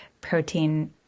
protein